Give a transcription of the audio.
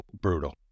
brutal